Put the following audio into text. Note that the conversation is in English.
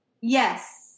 Yes